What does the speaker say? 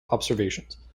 observations